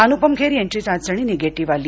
अनुपम खेर यांची चाचणी निगेटिव्ह आली